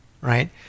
right